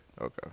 Okay